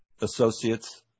associates